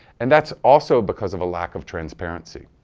and that's also because of a lack of transparency.